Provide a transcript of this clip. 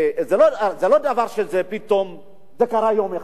זה לא דבר שקרה פתאום, זה קרה יום אחד.